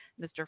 Mr